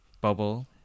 bubble